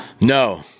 No